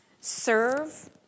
serve